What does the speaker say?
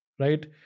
Right